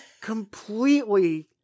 completely